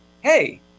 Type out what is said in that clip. hey